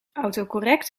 autocorrect